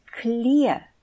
clear